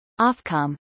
Ofcom